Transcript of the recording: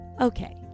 Okay